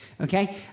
Okay